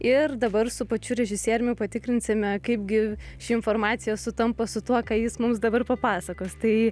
ir dabar su pačiu režisieriumi patikrinsime kaipgi ši informacija sutampa su tuo ką jis mums dabar papasakos tai